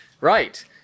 right